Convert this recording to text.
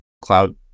cloud